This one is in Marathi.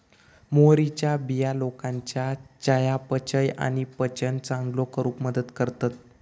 मोहरीच्या बिया लोकांच्या चयापचय आणि पचन चांगलो करूक मदत करतत